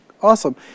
Awesome